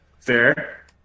Fair